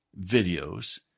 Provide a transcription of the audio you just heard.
videos